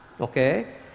okay